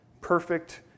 perfect